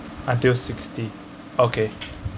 until sixty okay